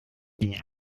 die